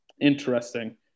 interesting